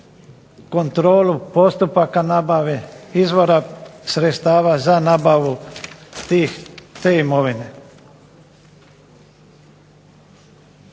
kontrolu postupaka nabave, izvora sredstava za nabavu te imovine.